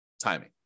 timing